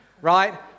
Right